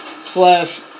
slash